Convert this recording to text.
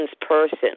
person